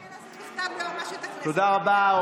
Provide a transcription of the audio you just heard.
אנחנו בעניין הזה, תודה רבה.